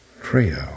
trio